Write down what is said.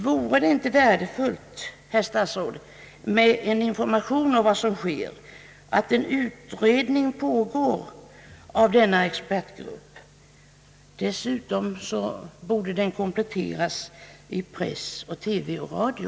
Vo re det inte värdefullt, herr statsråd, med en information om vad som sker, nämligen att en utredning pågår inom denna expertgrupp? Dessutom borde informationen kompletteras genom press, TV och radio.